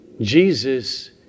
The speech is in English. Jesus